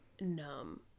numb